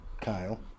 Kyle